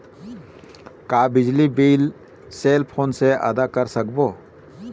का बिजली bill cell phone से आदा कर सकबो?